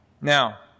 Now